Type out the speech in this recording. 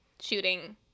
shooting